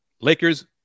Lakers